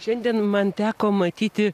šiandien man teko matyti